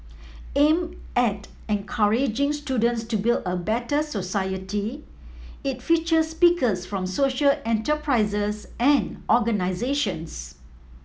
aim at encouraging students to build a better society it features speakers from social enterprises and organisations